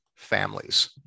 families